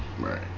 Right